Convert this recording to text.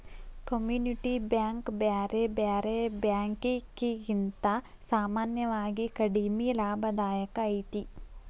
community bank ಬ್ಯಾರೆ ಬ್ಯಾರೆ ಬ್ಯಾಂಕಿಕಿಗಿಂತಾ ಸಾಮಾನ್ಯವಾಗಿ ಕಡಿಮಿ ಲಾಭದಾಯಕ ಐತಿ